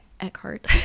Eckhart